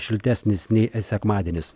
šiltesnis nei sekmadienis